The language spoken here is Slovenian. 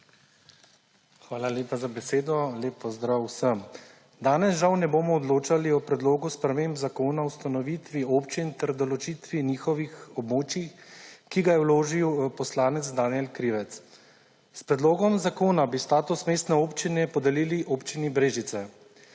Hvala lepa za besedo. Lep pozdrav vsem! Danes, žal, ne bomo odločali o Predlogu zakona o spremembah Zakona o ustanovitvi občin ter določitvi njihovih območij, ki ga je vložil poslanec Danijel Krivec. S predlogom zakona bi status mestne občine podelili Občini Brežice.